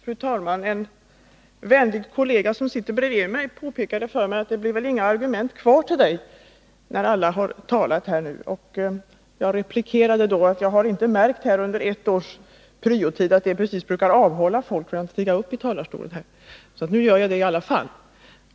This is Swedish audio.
Fru talman! En vänlig kollega som sitter bredvid mig sade: ”Det blir väl inga argument kvar åt mig när alla har talat.” Jag replikerade då att jag under ett års ”pryotid” inte har märkt att det brukar avhålla folk från att gå upp i talarstolen. Så nu gör jag det i alla fall.